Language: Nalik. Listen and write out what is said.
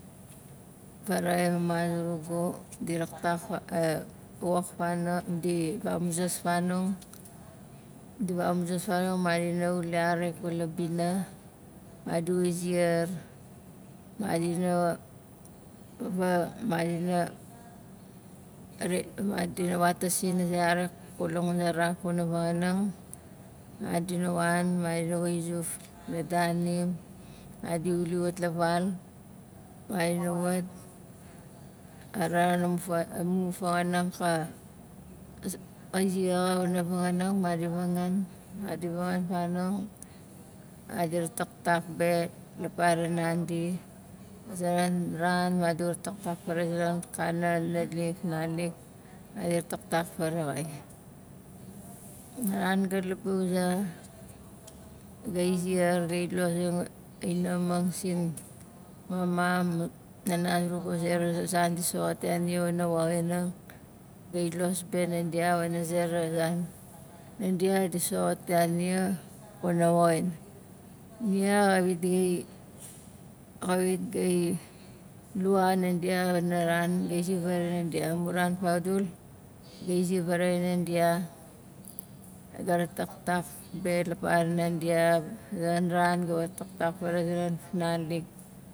Faraxain mama zurugu di raktak fa- wok fan- di vamuzas fanong di vamuzas fanong madina ule xarik kula bina, madi wi ziar, madina wa madina ri- madina wat tasin a ze xarik kula nguzaraf kuna vanganang madina wan, madina wa izuf la daanim, madi wuli wat la val madina wat a ran amu fa- amu fawanang ka za- kai zi xa wana vanganang madi vangan madi vangan fanong madi rataktak be la paran nandi a ze- zonon ran madi wa taktak faraxai akana naalik, fnalik madi taktak faraxai aran ga laba uza, gai ziar gai lozang a inaxamang sin mama ma hana zurugu a zera zan di soxot ya nia wana woxinang gai los be nandia wana zera zan, nandia di soxot ya nia wana woxin nia xawit gai- xawit gai lua nandia wana ran gai ziar varaxain nandia amu ran faudul gai ziar varaxain nandia gai rataktak be la parnan dia a zonon ran gai wat tatak faraxain akana fufnalik